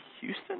Houston